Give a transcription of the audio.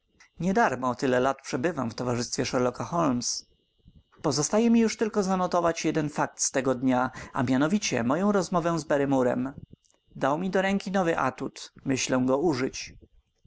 nie darmo tyle lat przebywam w towarzystwie sherlocka holmes pozostaje mi już tylko zanotować jeden fakt z owego dnia a mianowicie moją rozmowę z barrymorem dał mi do ręki nowy atut myślę go użyć